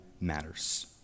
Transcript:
matters